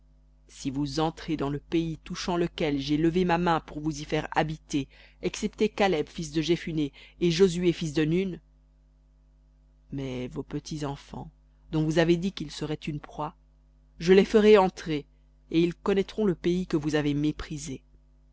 si vous entrez dans le pays touchant lequel j'ai levé ma main pour vous y faire habiter excepté caleb fils de jephunné et josué fils de nun mais vos petits enfants dont vous avez dit qu'ils seraient une proie je les ferai entrer et ils connaîtront le pays que vous avez méprisé